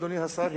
אדוני השר,